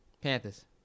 Panthers